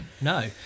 No